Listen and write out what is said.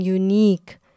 unique